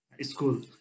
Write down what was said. school